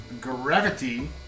gravity